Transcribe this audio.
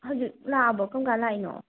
ꯍꯧꯖꯤꯛ ꯂꯥꯛꯑꯕꯣ ꯀꯔꯝꯀꯥꯟ ꯂꯥꯛꯏꯅꯣ